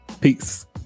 Peace